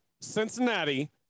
Cincinnati